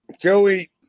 Joey